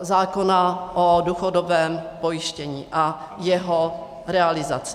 zákona o důchodovém pojištění a jeho realizaci.